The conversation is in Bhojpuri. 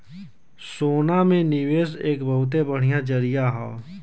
सोना में निवेस एक बहुते बढ़िया जरीया हौ